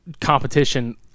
competition